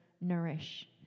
nourish